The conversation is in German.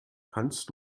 kannst